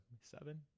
Seven